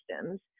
systems